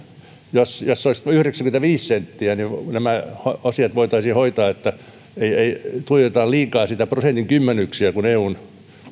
jos jos se olisi yhdeksänkymmentäviisi senttiä niin nämä asiat voitaisiin hoitaa eli ei tuijoteta liikaa prosentin kymmenyksiä kun eun